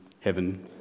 heaven